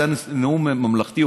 זה היה נאום ממלכתי,